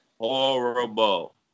Horrible